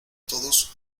todos